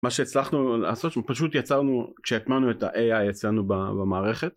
מה שהצלחנו לעשות פשוט יצרנו כשהטמנו את הAi יצרנו במערכת